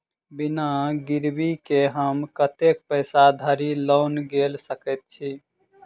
बिना गिरबी केँ हम कतेक पैसा धरि लोन गेल सकैत छी?